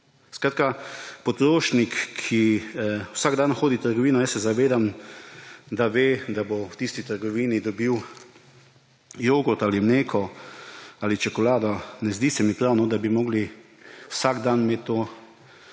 Skratka, potrošnik, ki vsak dan hodi v trgovino, se zavedam, da ve, da bo v tisti trgovini dobil jogurt ali mleko ali čokolado. Ne zdi se mi prav, da bi morali vsak dan imeti to